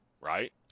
Right